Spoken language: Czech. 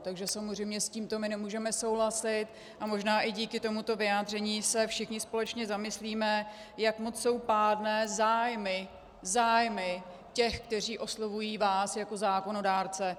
Takže samozřejmě s tímto nemůžeme souhlasit a možná i díky tomuto vyjádření se všichni společně zamyslíme, jak moc jsou pádné zájmy těch, kteří oslovují vás jako zákonodárce.